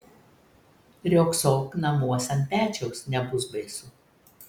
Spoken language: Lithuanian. riogsok namuos ant pečiaus nebus baisu